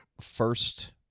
first